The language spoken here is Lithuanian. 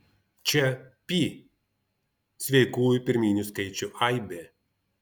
čia p sveikųjų pirminių skaičių aibė